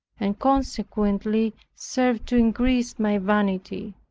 and consequently served to increase my vanity.